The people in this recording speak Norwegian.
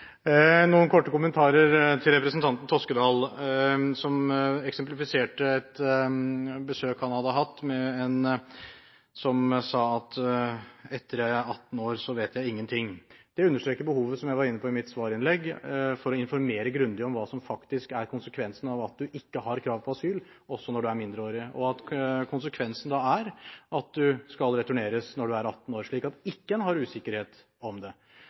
noen korte kommentarer til representanten Toskedal som nevnte et eksempel med et besøk han hadde hatt, med en som sa at etter at han var 18 år, visste han ingen ting. Det understreker behovet, som jeg var inne på i mitt svarinnlegg, for å informere grundig om hva som faktisk er konsekvensen av at man ikke har krav på asyl – også når man er mindreårig – og at konsekvensen da er at man skal returneres når man er 18 år, slik at man ikke har usikkerhet om det.